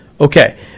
Okay